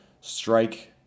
strike